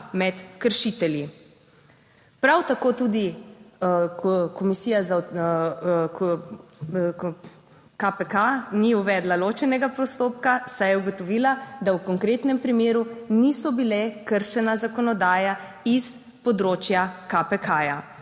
med kršitelji. Prav tako tudi komisija KPK ni uvedla ločenega postopka, saj je ugotovila, da v konkretnem primeru niso bila kršena zakonodaja iz področja KPK